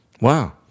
Wow